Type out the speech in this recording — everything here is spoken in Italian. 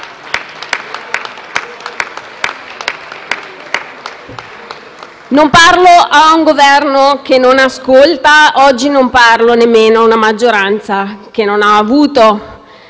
Non parlo a un Governo che non ascolta, oggi non parlo nemmeno ad una maggioranza che non ha avuto